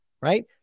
right